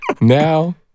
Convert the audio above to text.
Now